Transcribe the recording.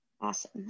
Awesome